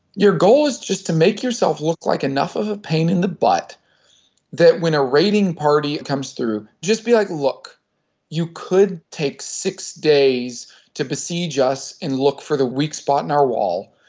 your goal is just to make yourself look like enough of a pain in the butt that when a raiding party comes through, just be like, look you could take six days to besiege us and look for the weak spot in our wall,